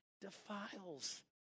defiles